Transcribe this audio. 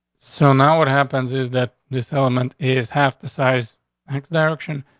so now what happens is that this element is half the size x direction,